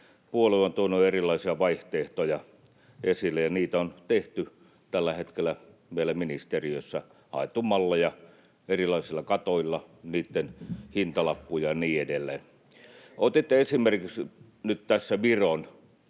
puolue on tuonut erilaisia vaihtoehtoja esille. Niitä on tehty tällä hetkellä meillä ministeriössä, haettu malleja erilaisilla katoilla, niitten hintalappuja ja niin edelleen. Otitte esimerkiksi nyt tässä Viron,